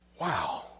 Wow